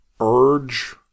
urge